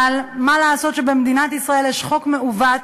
אבל מה לעשות שבמדינת ישראל יש חוק מעוות,